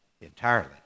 entirely